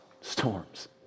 storms